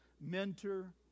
mentor